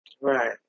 right